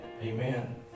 Amen